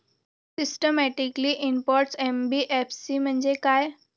Systematically important NBFC म्हणजे काय?